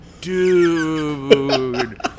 dude